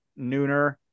nooner